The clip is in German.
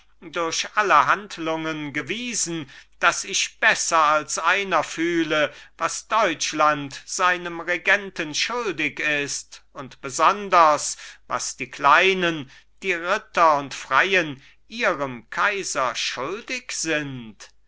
durch alle handlungen bewiesen daß ich besser als einer fühle was deutschland seinen regenten schuldig ist und besonders was die kleinen die ritter und freien ihrem kaiser schuldig sind